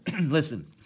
listen